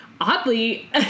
oddly